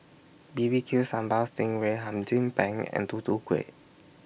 B B Q Sambal Sting Ray Hum Chim Peng and Tutu Kueh